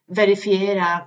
verifiera